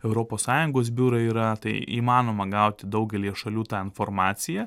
europos sąjungos biurai yra tai įmanoma gauti daugelyje šalių tą informaciją